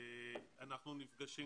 אנחנו נפגשים,